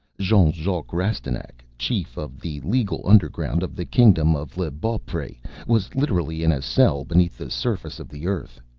jean-jacques rastignac, chief of the legal underground of the kingdom of l'bawpfey, was literally in a cell beneath the surface of the earth.